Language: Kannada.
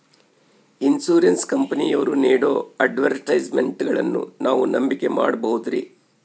ಇನ್ಸೂರೆನ್ಸ್ ಕಂಪನಿಯವರು ನೇಡೋ ಅಡ್ವರ್ಟೈಸ್ಮೆಂಟ್ಗಳನ್ನು ನಾವು ನಂಬಿಕೆ ಮಾಡಬಹುದ್ರಿ?